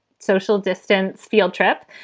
social distance. field trip.